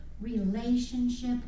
relationship